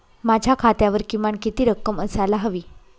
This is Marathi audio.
माझ्या खात्यावर किमान किती रक्कम असायला हवी?